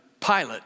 Pilate